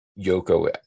Yoko